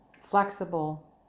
flexible